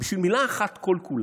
לא צריך מדיניות שר.